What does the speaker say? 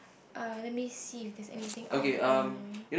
uh let me see if there is anything out of the ordinary